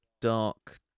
dark